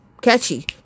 Catchy